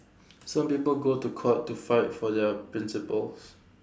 some people go to court to fight for their principles